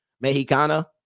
Mexicana